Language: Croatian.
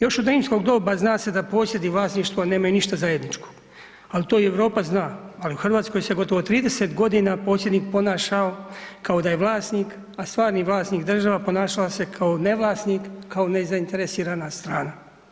Još od rimskog doba zna se da posjed i vlasništvo nemaju ništa zajedničko, ali to i Europa zna, ali u RH se gotovo 30.g. posjednik ponašao kao da je vlasnik, a stvari vlasnik država ponašala se kao ne vlasnik, kao ne zainteresirana strana.